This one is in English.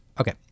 Okay